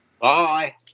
Bye